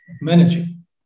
managing